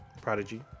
Prodigy